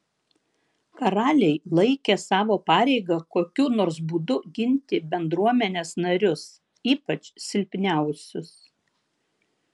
karaliai laikė savo pareiga kokiu nors būdu ginti bendruomenės narius ypač silpniausius